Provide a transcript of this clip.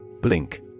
Blink